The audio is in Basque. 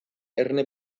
erne